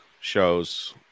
shows